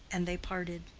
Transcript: and they parted.